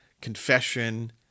confession